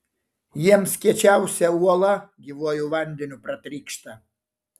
jiems kiečiausia uola gyvuoju vandeniu pratrykšta